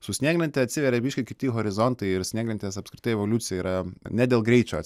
su snieglente atsiveria visai kiti horizontai ir snieglentės apskritai evoliucija yra ne dėl greičio